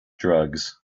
drugs